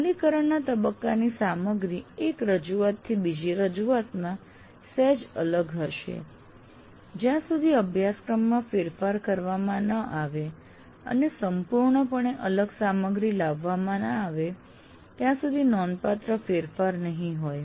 અમલીકરણના તબક્કાની સામગ્રી એક રજૂઆતથી બીજી રજુઆતમાં સહેજ અલગ હશે જ્યાં સુધી અભ્યાસક્રમમાં ફેરફાર કરવામાં ન આવે અને સંપૂર્ણપણે અલગ સામગ્રી લાવવામાં ના આવે ત્યાં સુધી નોંધપાત્ર ફેરફાર નહીં હોય